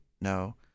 No